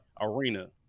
arena